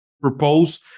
propose